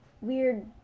weird